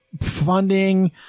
funding